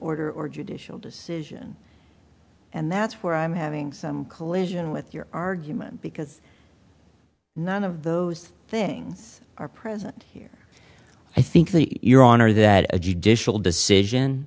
order or judicial decision and that's where i'm having collision with your argument because none of those things are present here i think that your honor that a judicial decision